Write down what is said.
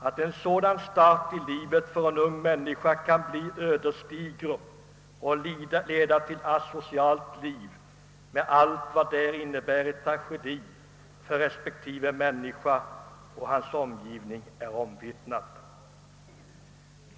Att en sådan start i livet för en ung människa kan bli ödesdiger och leda till asocialt liv med allt vad det innebär av tragik för denna människa och hennes omgivning är omvittnat.